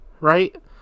right